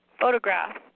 photograph